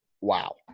wow